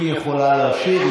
אם היא יכולה להשיב,